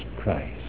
Christ